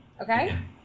Okay